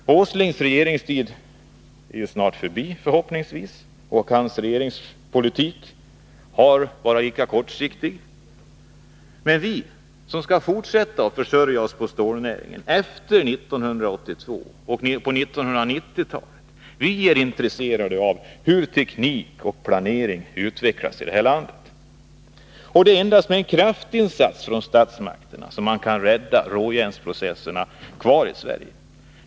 Nils Åslings regeringstid är förhoppningsvis snart förbi, och hans politik har varit kortsiktig. Men vi som skall fortsätta att försörja oss på stålnäringen efter 1982 och på 1990-talet är intresserade av hur teknik och planering utvecklas i vårt land. Det är endast med en kraftinsats från statsmakterna som man kan rädda råjärnsprocesserna kvar i Sverige.